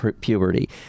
puberty